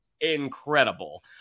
incredible